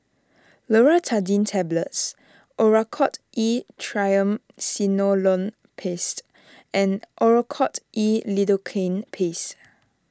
Loratadine Tablets Oracort E Triamcinolone Paste and Oracort E Lidocaine Paste